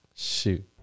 shoot